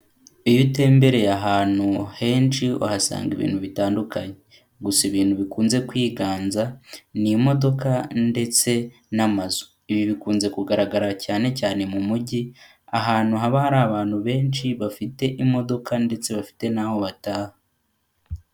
Iyo utembereye ahantu henshi, uhasanga ibintu bitandukanye. Gusa ibintu bikunze kwiganza, ni imodoka ndetse n'amazu. Ibi bikunze kugaragara cyane cyane mu mujyi, ahantu haba hari abantu benshi bafite imodoka ndetse bafite n'aho bataha.